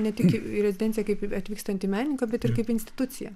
ne tik į rezidenciją kaip atvyksiantį menininką bet ir kaip instituciją